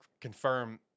confirm